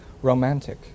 Romantic